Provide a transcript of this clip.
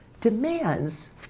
demands